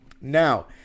Now